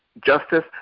justice